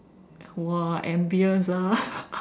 !wah! ambiance ah